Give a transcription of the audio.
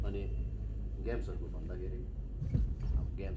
अनि गेम्सहरूको भन्दाखेरि अब गेम्स